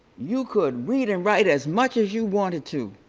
you could read and write as much as you wanted to